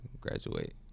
graduate